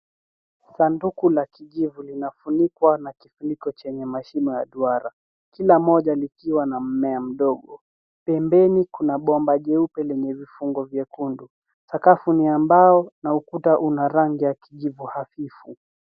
Sanduku la kijivu linafunikwa na kifuniko chenye mashimo ya duara. Kila moja likiwa na mmea mdogo. Pembeni kuna bomba jeupe lenye vifungo vyekundu. Sakafu ni ya mbao na ukuta una rangi ya kijivu hafifu.